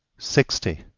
sixty.